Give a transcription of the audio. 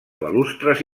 balustres